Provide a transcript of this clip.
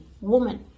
woman